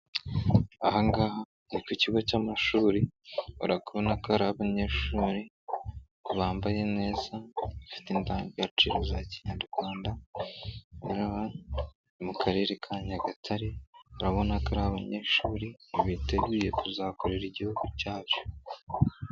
Aha ngaha ni ku kigo cy'amashuri uri kubona ko hari abanyeshuri bambaye neza bafite indangagaciro za Kinyarwanda, rero aha mu Karere ka Nyagatare urabona ko ari abanyeshuri ngo biteguye kuzakorera Igihugu cyacu.